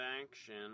action